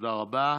תודה רבה.